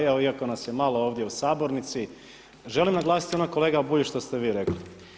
Evo iako nas je malo ovdje u sabornici, želim naglasiti ono kolega Bulj što ste vi rekli.